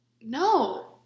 No